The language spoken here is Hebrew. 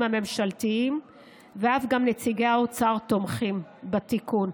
הממשלתיים ואף גם נציגי האוצר תומכים בתיקון.